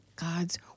God's